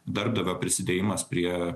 darbdavio prisidėjimas prie